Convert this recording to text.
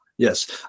Yes